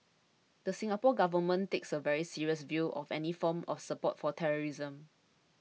the Singapore Government takes a very serious view of any form of support for terrorism